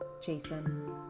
Jason